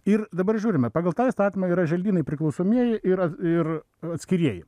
ir dabar žiūrime pagal tą įstatymą yra želdynai priklausomieji yra ir atskirieji